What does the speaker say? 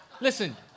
Listen